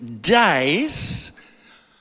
days